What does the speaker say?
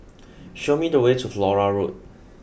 show me the way to Flora Road